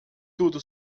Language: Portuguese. tudo